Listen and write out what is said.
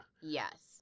Yes